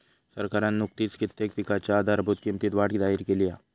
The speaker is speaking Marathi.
सरकारना नुकतीच कित्येक पिकांच्या आधारभूत किंमतीत वाढ जाहिर केली हा